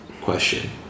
question